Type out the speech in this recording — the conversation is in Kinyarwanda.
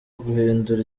guhindura